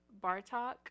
bartok